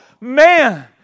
man